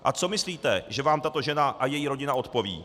A co myslíte, že vám tato žena a její rodina odpoví?